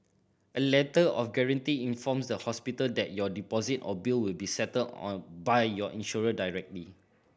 a Letter of Guarantee informs the hospital that your deposit or bill will be settled by your insurer directly